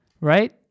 Right